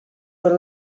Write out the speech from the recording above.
were